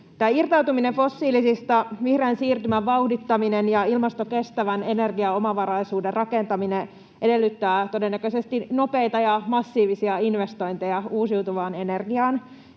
Irtautuminen fossiilisista, vihreän siirtymän vauhdittaminen ja ilmastokestävän energiaomavaraisuuden rakentaminen edellyttävät todennäköisesti nopeita ja massiivisia investointeja uusiutuvaan energiaan.